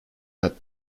that